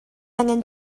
angan